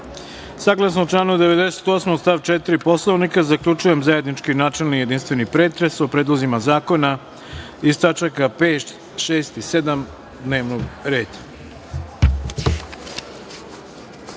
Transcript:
reč? Saglasno članu 98. stav 4. Poslovnika, zaključujem zajednički načelni i jedinstveni pretres o predlozima zakona iz tačaka 5, 6, i 7. dnevnog